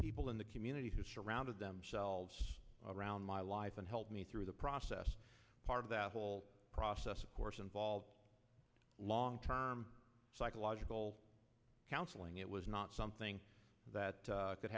people in the community who surrounded themselves around my life and helped me through the process part of that whole process of course involve long term psychological counseling it was not something that could